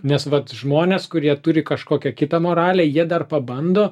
nes vat žmonės kurie turi kažkokią kitą moralę jie dar pabando